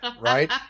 Right